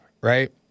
right